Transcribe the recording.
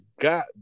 God